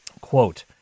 Quote